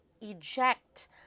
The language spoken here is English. eject